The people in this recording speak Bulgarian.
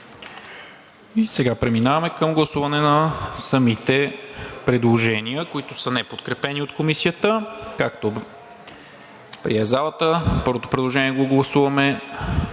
Сега преминаваме към гласуване на самите предложения, които са неподкрепени от Комисията, както прие залата, първото предложение го гласуваме